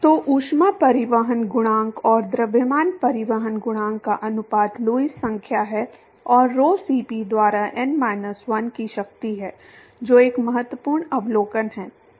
तो ऊष्मा परिवहन गुणांक और द्रव्यमान परिवहन गुणांक का अनुपात लुईस संख्या है और rho Cp द्वारा n माइनस 1 की शक्ति है जो एक महत्वपूर्ण अवलोकन है